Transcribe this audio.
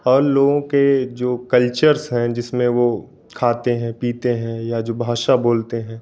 और लोगों के जो कल्चरस है जिसमें वो खाते है पीते है या जो भाषा बोलते है